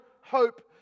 hope